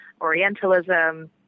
Orientalism